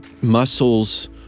muscles